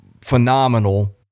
phenomenal